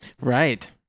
Right